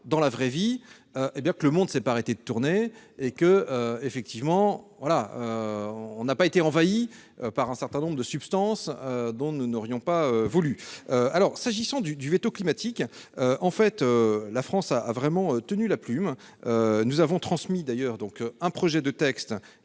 nous pouvons voir que le monde ne s'est pas arrêté de tourner. Nous n'avons pas été envahis par un certain nombre de substances dont nous n'aurions pas voulu. S'agissant du veto climatique, la France a tenu la plume : nous avons transmis un projet de texte,